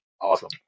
awesome